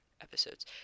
episodes